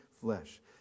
flesh